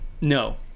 no